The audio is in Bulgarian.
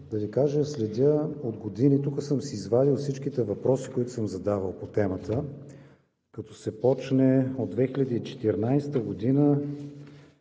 да Ви кажа, я следя от години. Тук съм си извадил всичките въпроси, които съм задавал по темата, като се започне от 2014 г.